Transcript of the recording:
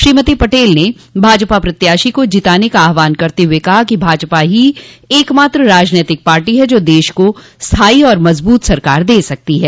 श्रीमती पटेल ने भाजपा प्रत्याशी को जिताने का आहवान करते हुए कहा कि भाजपा ही एकमात्र राजनैतिक पार्टी ह जो देश को स्थायी और मजबूत सरकार दे सकती है